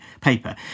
paper